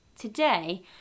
Today